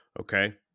okay